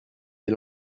des